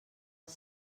als